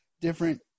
different